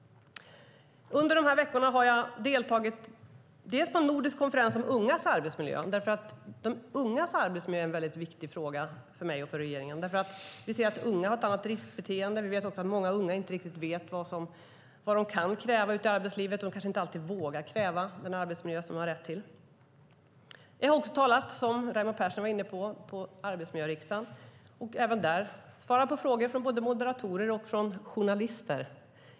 Under de här veckorna har jag deltagit i en nordisk konferens om ungas arbetsmiljö. De ungas arbetsmiljö är en mycket viktig fråga för mig och regeringen. Vi ser att unga har ett annat riskbeteende. Vi vet också att många unga inte riktigt vet vad de kan kräva av arbetslivet, och de kanske inte alltid vågar kräva den arbetsmiljö som de har rätt till. Det har också - Raimo Pärssinen var inne på det - talats om arbetsmiljöriksdagen. Även där har jag svarat på frågor från både moderatorer och journalister.